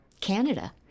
Canada